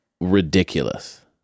ridiculous